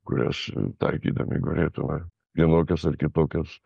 kurias taikydami galėtume vienokias ar kitokias